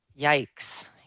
Yikes